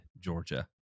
Georgia